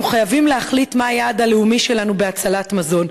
אנחנו חייבים להחליט מה היעד הלאומי שלנו בהצלת מזון.